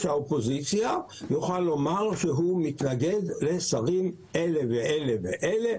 האופוזיציה יוכל לומר שהוא מתנגד לשרים אלה ואלה,